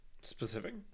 Specific